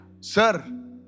Sir